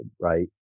right